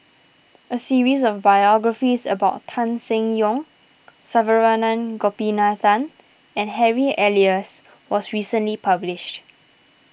a series of biographies about Tan Seng Yong Saravanan Gopinathan and Harry Elias was recently published